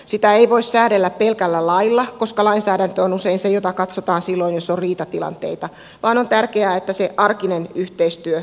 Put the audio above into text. sitä ei voi säädellä pelkällä lailla koska lainsäädäntö on usein se jota katsotaan silloin jos on riitatilanteita vaan on tärkeää että se arkinen yhteistyö sujuu